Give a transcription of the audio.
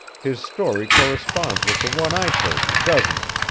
his story corresponds with the one i told you, doesn't it?